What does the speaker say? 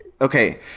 Okay